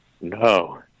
no